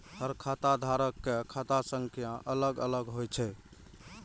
हर खाता धारक के खाता संख्या अलग अलग होइ छै